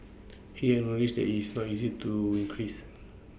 he acknowledged that it's not easy to increase